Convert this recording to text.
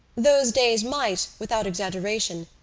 those days might, without exaggeration,